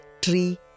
tree